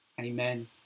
Amen